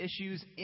issues